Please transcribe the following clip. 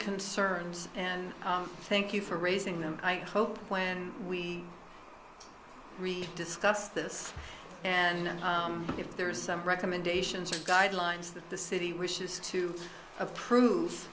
concerns and thank you for raising them i hope when we discuss this and if there is some recommendations or guidelines that the city wishes to approve